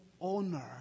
honor